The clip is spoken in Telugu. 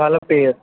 వాళ్ళ పేరు